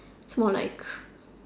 more liked